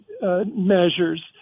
measures